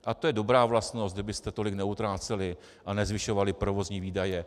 A to je dobrá vlastnost, kdybyste tolik neutráceli a nezvyšovali provozní výdaje.